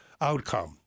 outcome